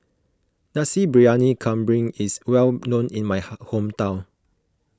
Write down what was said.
Nasi Briyani Kambing is well known in my hometown